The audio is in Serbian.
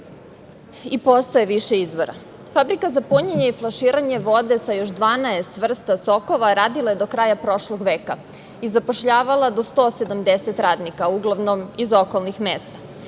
i postoji više izvora. Fabrika za punjenje i flaširanje vode sa još 12 vrsta sokova radila je do kraja prošlog veka i zapošljavala do 170 radnika, uglavnom iz okolnih mesta.